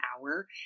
hour